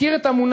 מכיר את המונח,